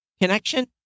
connection